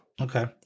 Okay